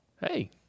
Hey